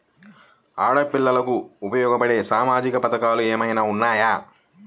ఆడపిల్లలకు ఉపయోగపడే సామాజిక పథకాలు ఏమైనా ఉన్నాయా?